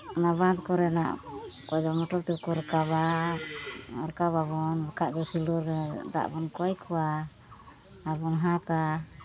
ᱚᱱᱟ ᱵᱟᱸᱫ ᱠᱚᱨᱮᱱᱟᱜ ᱚᱠᱚᱭ ᱫᱚ ᱢᱚᱴᱚᱨ ᱛᱮᱠᱚ ᱨᱟᱠᱟᱵᱟ ᱨᱟᱠᱟᱵᱟᱵᱚᱱ ᱵᱟᱠᱷᱟᱱ ᱫᱚ ᱥᱮᱞᱚ ᱨᱮ ᱫᱟᱜ ᱵᱚᱱ ᱠᱚᱭ ᱠᱚᱣᱟ ᱟᱨ ᱵᱚᱱ ᱦᱟᱛᱟᱣᱟ